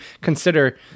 consider